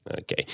Okay